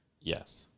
Yes